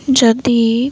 ଯଦି